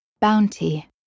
Bounty